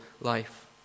life